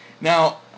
Now